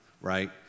right